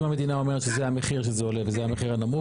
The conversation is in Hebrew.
אם המדינה אומרת שזה המחיר שזה עולה וזה המחיר הנמוך,